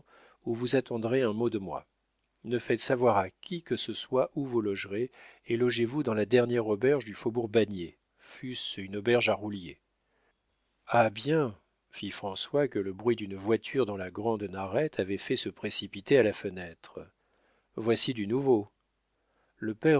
où vous attendrez un mot de moi ne faites savoir à qui que ce soit où vous logerez et logez vous dans la dernière auberge du faubourg bannier fût-ce une auberge à roulier ah bien fit françois que le bruit d'une voiture dans la grande narette avait fait se précipiter à la fenêtre voici du nouveau le père